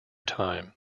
time